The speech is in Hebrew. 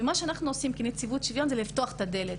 מה שאנחנו עושים כנציבות שוויון זה לפתוח את הדלת.